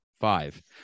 five